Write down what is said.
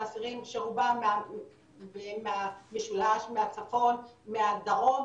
אסירים שרובם מהמשולש או מהצפון ומהדרום,